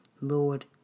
Lord